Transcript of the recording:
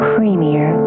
Creamier